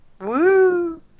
Woo